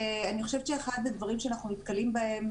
אני חושבת שאחד הדברים שאנחנו נתקלים בהם,